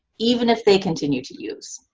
even if they continue to use,